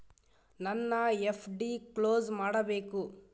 ನನ್ನ FD close ಮಾಡಬೇಕು